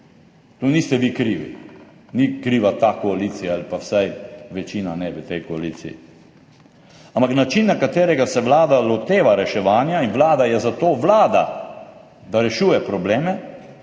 to niste vi krivi, ni kriva ta koalicija ali pa vsaj večina v tej koaliciji ne – način, na katerega se Vlada loteva reševanja, in Vlada je vlada zato, da rešuje probleme,